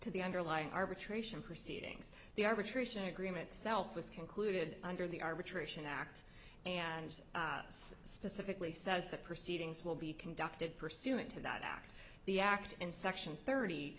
to the underlying arbitration proceedings the arbitration agreement self was concluded under the arbitration act and specifically says that proceedings will be conducted pursuant to that act the act and section thirty